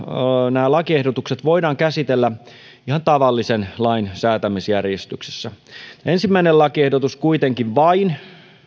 nämä lakiehdotukset voidaan käsitellä ihan tavallisen lain säätämisjärjestyksessä ensimmäinen lakiehdotus kuitenkin vain